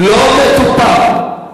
לא מטופל.